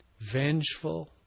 vengeful